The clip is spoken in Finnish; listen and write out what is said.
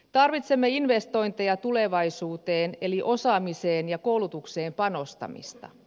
tarvitsemme investointeja tulevaisuuteen eli osaamiseen ja koulutukseen panostamista